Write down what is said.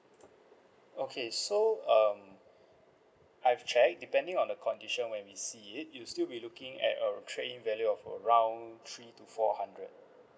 okay so um I've check depending on the condition when we see it it'll still be looking at our trade in value of around three to four hundred